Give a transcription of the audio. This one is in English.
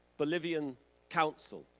bolivian counsel,